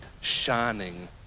shining